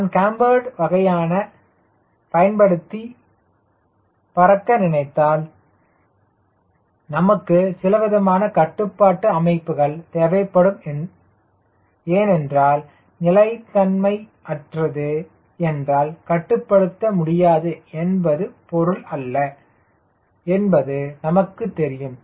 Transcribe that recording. நான் கேம்பார்டு வகையான பயன்படுத்தி பறக்க நினைத்தால் நமக்கு சிலவிதமான கட்டுப்பாட்டு அமைப்புகள் தேவைப்படும் ஏனென்றால் நிலைத்தன்மை அற்றது என்றால் கட்டுப்படுத்த முடியாது என்பது பொருள் அல்ல என்பது நமக்குத் தெரியும்